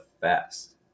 fast